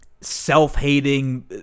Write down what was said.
self-hating